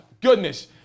goodness